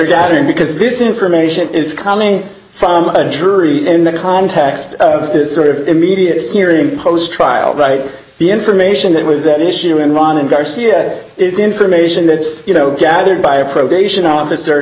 gathering because this information is coming from a jury and the context of this sort of immediate hearing post trial right the information that was at issue enron and garcia is information that you know gathered by a probation officer